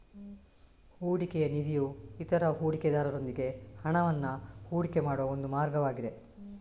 ಹೂಡಿಕೆಯ ನಿಧಿಯು ಇತರ ಹೂಡಿಕೆದಾರರೊಂದಿಗೆ ಹಣವನ್ನ ಹೂಡಿಕೆ ಮಾಡುವ ಒಂದು ಮಾರ್ಗವಾಗಿದೆ